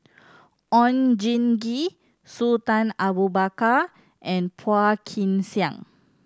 Oon Jin Gee Sultan Abu Bakar and Phua Kin Siang